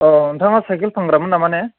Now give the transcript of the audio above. औ नोंथाङा सायखेल फानग्रामोन नामा ने